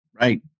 Right